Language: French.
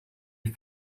est